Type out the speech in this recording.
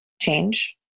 change